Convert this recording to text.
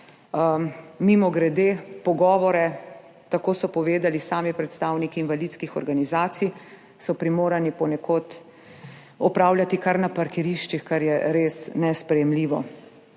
Mimogrede, pogovore, tako so povedali sami predstavniki invalidskih organizacij, so primorani ponekod opravljati kar na parkiriščih, kar je res nesprejemljivo.